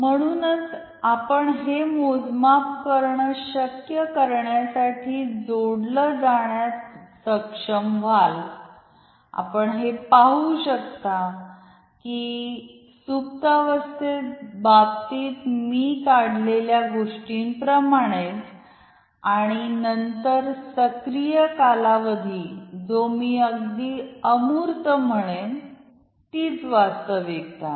म्हणूनच आपण हे मोजमाप करणे शक्य करण्यासाठी जोडल जाण्यात सक्षम व्हाल आपण हे पाहू शकता की सुप्तवस्थेबाबतीत मी काढलेल्या गोष्टींप्रमाणेच आणि नंतर सक्रिय कालावधी जो मी अगदी अमूर्त म्हणेन तीच वास्तविकता आहे